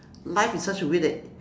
life is such a way that